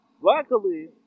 Luckily